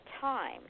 time